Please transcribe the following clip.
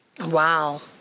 Wow